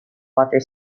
water